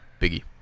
Biggie